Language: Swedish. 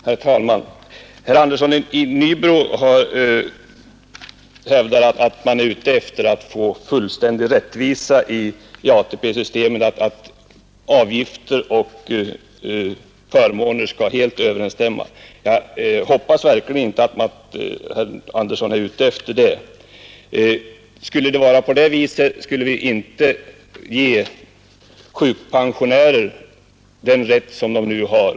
Herr talman! Herr Andersson i Nybro hävdar att man är ute efter att få fullständig rättvisa i ATP-systemet, att avgifter och förmåner skall helt stämma överens. Jag hoppas verkligen inte att herr Andersson är ute efter detta. Skulle man ha en sådan överensstämmelse, skulle vi inte kunna ge sjukpensionärerna de förmåner som de nu har.